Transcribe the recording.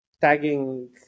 tagging